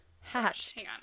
Hatched